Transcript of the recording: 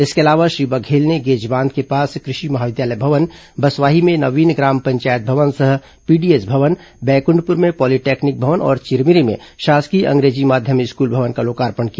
इसके अलावा श्री बघेल ने गेजबांध के पास कृषि महाविद्यालय भवन बसवाही में नवीन ग्राम पंचायत भवन सह पीडीएस भवन बैकंठपुर में पॉलीटेक्निक भवन और चिरमिरी में शासकीय अंग्रेजी माध्यम स्कूल भवन का लोकार्पण किया